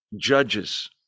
judges